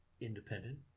Independent